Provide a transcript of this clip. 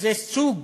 זה סוג